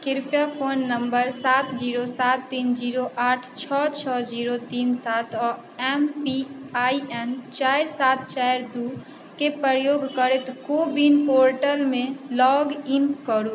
कृपया phone number सात zero सात तीन जीरो आठ छओ छओ जीरो तीन सात आओर एम पी आइ एन चारि सात चारि दूके प्रयोग करैत कोविन पोर्टलमे लॉगइन करू